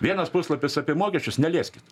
vienas puslapis apie mokesčius nelieskit